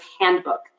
Handbook